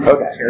Okay